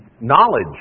knowledge